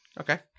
Okay